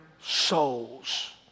souls